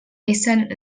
essent